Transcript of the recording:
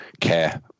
care